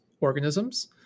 organisms